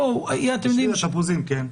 בשביל התפוזים כן.